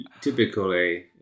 typically